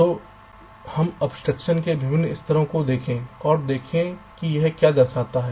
तो हम अब्स्ट्रक्शन के विभिन्न स्तरों को देखें और देखें कि यह क्या दर्शाता है